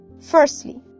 Firstly